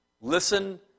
Listen